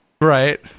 right